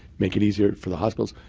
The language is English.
make it easier for the hospitals.